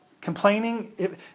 complaining